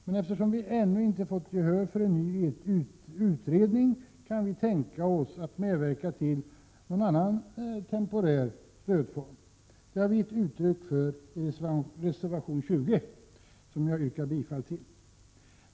Men eftersom vi ännu inte fått gehör för en ny utredning, kan vi tänka oss att medverka till någon annan temporär stödform. Det har vi gett uttryck för i reservation 20, som jag yrkar bifall till.